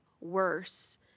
worse